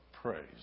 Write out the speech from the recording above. Praise